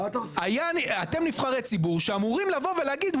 אתם נבחרי ציבור שאמורים לבוא ולהגיד,